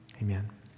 amen